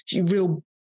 real